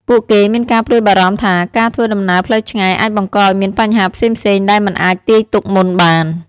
ពួកគេមានការព្រួយបារម្ភថាការធ្វើដំណើរផ្លូវឆ្ងាយអាចបង្កឱ្យមានបញ្ហាផ្សេងៗដែលមិនអាចទាយទុកមុនបាន។